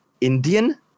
indian